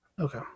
Okay